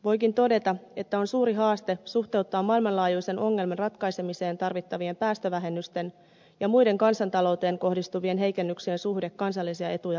voikin todeta että on suuri haaste suhteuttaa maailmanlaajuisen ongelman ratkaisemiseen tarvittavien päästövähennysten ja muiden kansantalouteen kohdistuvien heikennyksien suhde kansallisia etuja vaatiessa